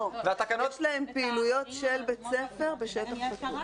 לא, יש להם פעילויות של בית ספר בשטח פתוח.